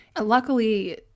Luckily